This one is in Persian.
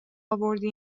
آوردی